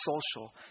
social